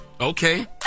Okay